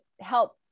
help